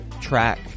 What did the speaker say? track